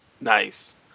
nice